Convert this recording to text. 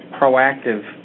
proactive